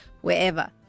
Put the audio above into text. wherever